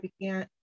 began